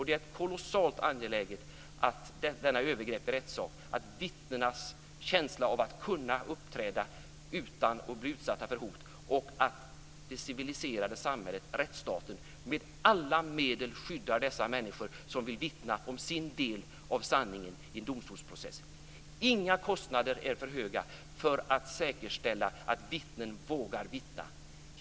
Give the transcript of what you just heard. Detta är ett övergrepp i rättssak. Det är kolossalt angeläget att vittnena har en känsla av att kunna uppträda utan att bli utsatta för hot och att det civiliserade samhället, rättsstaten, med alla medel skyddar de människor som vill vittna om sin del av sanningen i domstolsprocessen. Inga kostnader är för höga för att säkerställa att vittnen vågar vittna.